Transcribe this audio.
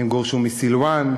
הם גורשו מסילואן.